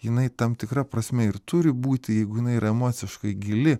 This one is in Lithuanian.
jinai tam tikra prasme ir turi būti jeigu jinai yra emociškai gili